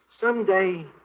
Someday